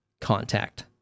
contact